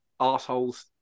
arseholes